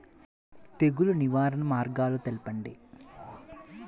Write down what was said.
తెగులు నివారణ మార్గాలు తెలపండి?